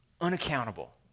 unaccountable